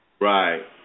Right